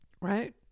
right